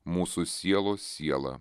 mūsų sielos siela